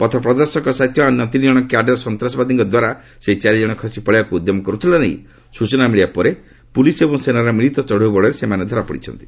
ପଥ ପ୍ରଦର୍ଶକ ସାଜିଥିବା ଅନ୍ୟ ତିନିଜଣ କ୍ୟାଡର ସନ୍ତାସବାଦୀଙ୍କ ଦ୍ୱାରା ସେହି ଚାରିଜଣ ଖସି ପଳାଇବାକୁ ଉଦ୍ୟମ କରୁଥିବାନେଇ ସୂଚନା ମିଳିବା ପରେ ପୁଲିସ ଏବଂ ସେନାର ମିଳିତ ଚଢ଼ଉ ବଳରେ ସେମାନେ ଧରା ପଡିଛନ୍ତି